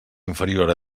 inferior